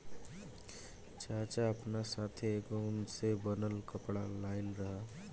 चाचा आपना साथै एगो उन से बनल कपड़ा लाइल रहन